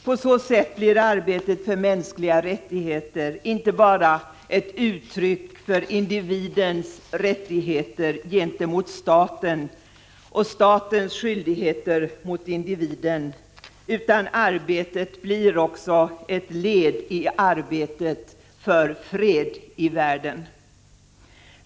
På så sätt blir arbetet för mänskliga rättigheter inte bara ett uttryck för individens rättigheter gentemot staten och statens skyldigheter mot individen, utan det blir också ett led i arbetet för fred i världen.